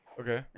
Okay